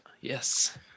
Yes